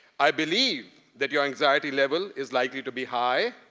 i believe that your anxiety level is likely to be high.